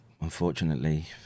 unfortunately